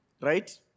right